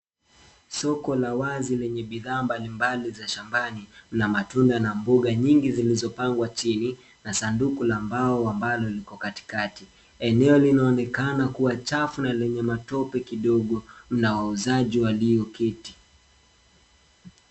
Soko la wazi lenye bidhaa mbalimbali za shambani mna matunda na mboga nyingi zilizopangwa chini na sanduku la mbao ambalo liko katikati. Eneo linaonekana kuwa chafu na lina matope kidogo mna wauzaji walio keti.